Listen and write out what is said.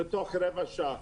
בתוך רבע שעה,